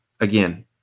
again